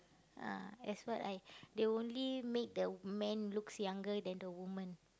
ah that's what I they only make the men looks younger than the women